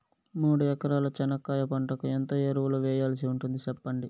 మూడు ఎకరాల చెనక్కాయ పంటకు ఎంత ఎరువులు వేయాల్సి ఉంటుంది సెప్పండి?